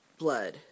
blood